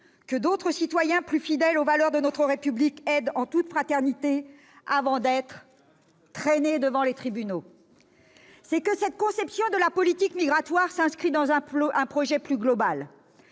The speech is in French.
que d'autres citoyens, plus fidèles aux valeurs de notre République, aident en toute fraternité, avant d'être traînés devant les tribunaux ! Votre conception de la politique migratoire s'inscrit dans un projet plus global